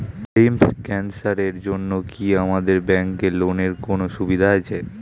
Lymph ক্যানসারের জন্য কি আপনাদের ব্যঙ্কে লোনের কোনও সুবিধা আছে?